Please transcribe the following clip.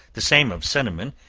the same of cinnamon,